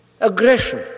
Aggression